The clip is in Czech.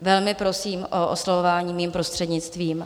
Velmi prosím o oslovování mým prostřednictvím.